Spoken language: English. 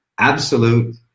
Absolute